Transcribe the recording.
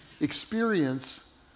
experience